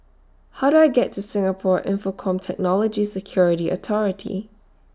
How Do I get to Singapore Infocomm Technology Security Authority